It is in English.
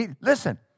Listen